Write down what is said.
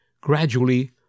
Gradually